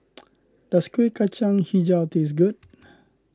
does Kuih Kacang HiJau taste good